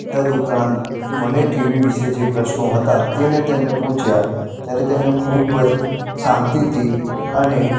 તદ ઉપરાંત મને ટીવી વિશે જે પ્રશ્નો હતા તે મેં તેમને પૂછ્યા ત્યારે તેમણે ખૂબ જ શાંતિથી અને